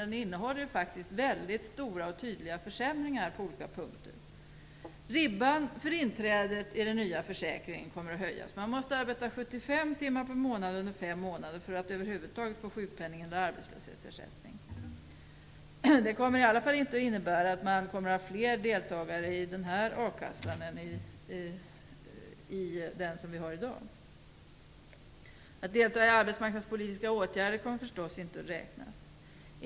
Det innehåller faktiskt väldigt stora och tydliga försämringar på olika punkter. Ribban för inträdet i moderaternas föreslagna försäkring kommer att höjas. Man måste arbeta 75 timmar per månad under fem månader för att över huvud taget få sjukpenning eller arbetslöshetsersättning. Det kommer i alla fall inte att innebära att det blir fler medlemmar i den a-kassan än i den som vi har i dag. Att delta i arbetsmarknadspolitiska åtgärder kommer förstås inte att räknas.